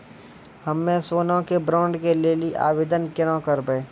हम्मे सोना के बॉन्ड के लेली आवेदन केना करबै?